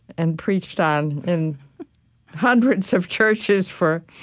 and preached on in hundreds of churches for,